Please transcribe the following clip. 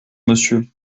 monsieur